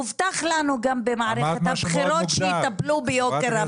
הובטח לנו גם במערכת הבחירות שיטפלו ביוקר המחיה.